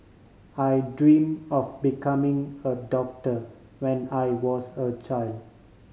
I dreamt of becoming a doctor when I was a child